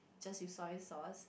just with soy sauce